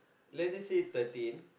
let's just say thirteen